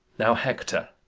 now, hector,